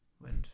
went